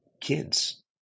kids